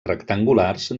rectangulars